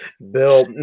bill